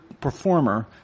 performer